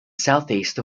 southeast